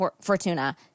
Fortuna